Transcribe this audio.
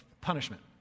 punishment